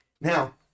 now